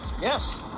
Yes